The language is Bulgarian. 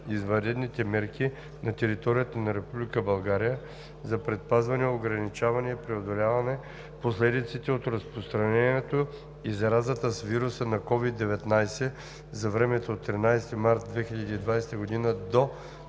извънредните мерки на територията на Република България за предпазване, ограничаване и преодоляване последиците от разпространението и заразата с вируса COVID-19 за времето от 13 март 2020 г. до